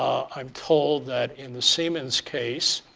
um i'm told that in the siemens case,